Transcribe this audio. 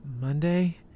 Monday